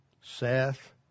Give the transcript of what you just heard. Seth